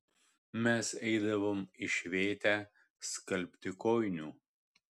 mes eidavom į švėtę skalbti kojinių